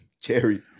Cherry